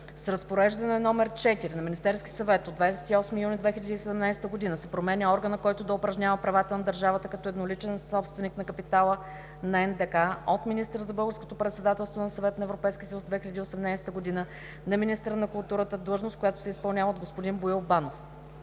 С Разпореждане № 4 на Министерския съвет от 28 юни 2017 г. се променя органът, който да упражнява правата на държавата като едноличен собственик на капитала на НДК от министъра за българското председателство на Съвета на Европейския съюз 2018 на министъра на културата, длъжност, която се изпълнява от г-н Боил Банов.